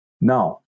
Now